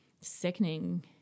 sickening